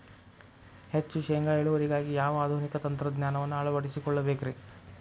ಹೆಚ್ಚು ಶೇಂಗಾ ಇಳುವರಿಗಾಗಿ ಯಾವ ಆಧುನಿಕ ತಂತ್ರಜ್ಞಾನವನ್ನ ಅಳವಡಿಸಿಕೊಳ್ಳಬೇಕರೇ?